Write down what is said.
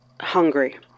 hungry